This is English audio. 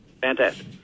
fantastic